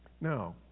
Now